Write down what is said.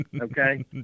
Okay